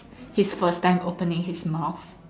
his first time opening his mouth